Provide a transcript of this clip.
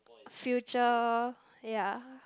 future ya